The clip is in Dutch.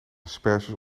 asperges